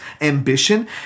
ambition